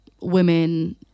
women